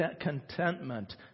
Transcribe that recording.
contentment